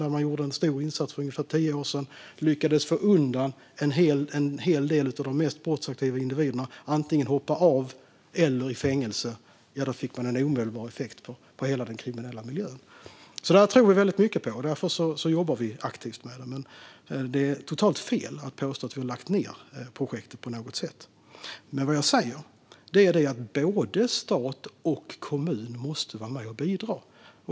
Där gjorde man en stor insats för ungefär tio år sedan. Man lyckades få undan en hel del av de mest brottsaktiva individerna. Antingen hoppade de av eller så hamnade de i fängelse. Då fick man en omedelbar effekt på hela den kriminella miljön. Detta tror vi alltså väldigt mycket på, och därför jobbar vi aktivt med det. Det är totalt fel att påstå att vi har lagt ned projektet. Vad jag säger är att både stat och kommun måste vara med och bidra.